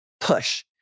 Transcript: push